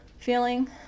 feeling